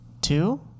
Two